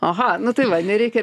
aha nu tai va nereikia